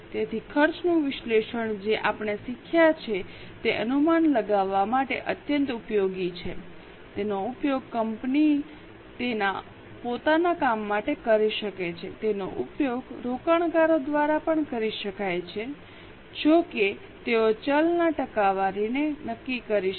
તેથી ખર્ચનું વિશ્લેષણ જે આપણે શીખ્યા છે તે અનુમાન લગાવવા માટે અત્યંત ઉપયોગી છે તેનો ઉપયોગ કંપની તેના પોતાના કામ માટે કરી શકે છે તેનો ઉપયોગ રોકાણકારો દ્વારા પણ કરી શકાય છે જો કે તેઓ ચલના ટકાવારીને નક્કી કરી શકે